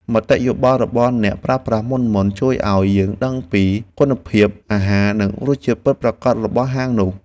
មតិយោបល់របស់អ្នកប្រើប្រាស់មុនៗជួយឱ្យយើងដឹងពីគុណភាពអាហារ និងរសជាតិពិតប្រាកដរបស់ហាងនោះ។